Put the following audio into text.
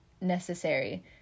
necessary